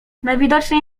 najwidoczniej